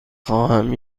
خواهم